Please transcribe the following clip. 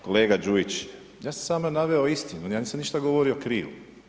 Kolega Đujić, ja sam samo naveo istinu, ja nisam ništa govorio krivo.